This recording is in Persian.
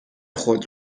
خود